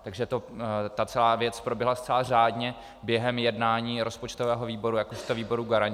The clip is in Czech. Takže ta celá věc proběhla zcela řádně během jednání rozpočtového výboru jakožto výboru garančního.